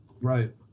Right